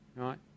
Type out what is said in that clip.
right